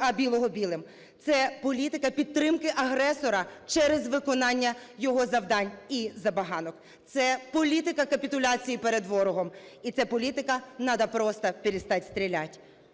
а білого білим, це політика підтримки агресора через виконання його завдань і забаганок. Це політика капітуляції перед ворогом, і це політика надо просто перестать стрелять.